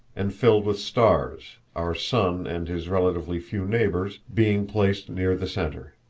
and filled with stars, our sun and his relatively few neighbors being placed near the center.